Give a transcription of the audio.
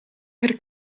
per